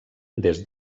des